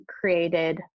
created